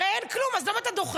הרי אין כלום, אז למה אתה דוחה?